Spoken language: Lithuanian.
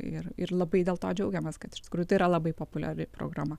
ir ir labai dėl to džiaugiamės kad iš tikrųjų tai yra labai populiari programa